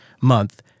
month